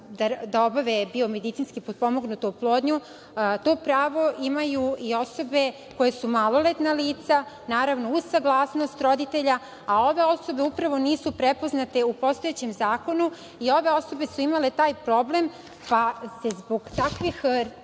da obave biomedicinski potpomognutu oplodnju, to pravo imaju maloletna lica, naravno, uz saglasnost roditelja. Ove osobe upravo nisu prepoznate u postojećem zakonu i ove osobe su imale taj problem, pa se zbog takvih